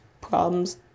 problems